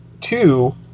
Two